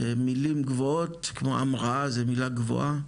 מילים גבוהות כמו המראה זה מילה גבוהה.